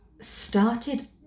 started